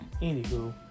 anywho